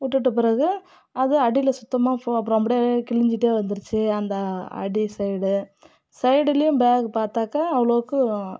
விட்டுட்ட பிறகு அது அடியில் சுத்தமாக பொ அப்புறம் அப்படியே கிழிஞ்சிட்டே வந்துருச்சு அந்த அடி சைடு சைடுலையும் பேக்கு பார்த்தாக்கா அவ்வளோக்கும்